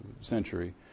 century